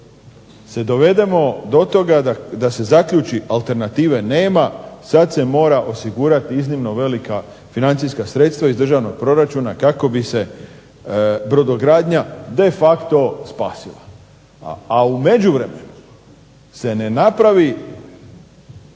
se dovedemo do toga da se zaključi alternative nema, sad se mora osigurati iznimno velika financijska sredstva iz državnog proračuna kako bi se brodogradnja de facto spasila. A u međuvremenu se ne napravi